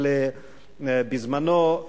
בזמנו,